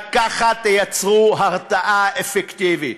רק ככה תייצרו הרתעה אפקטיבית.